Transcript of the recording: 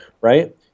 Right